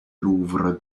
louvre